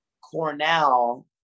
Cornell